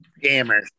Gamers